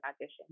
audition